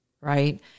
Right